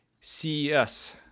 CES